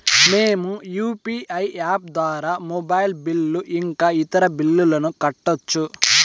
మేము UPI app ద్వారా mobile bill ఇంకా ఇతర బిల్లులను కట్టొచ్చు